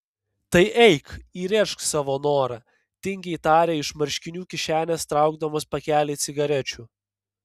tai eik įrėžk savo norą tingiai tarė iš marškinių kišenės traukdamas pakelį cigarečių